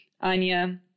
Anya